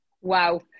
Wow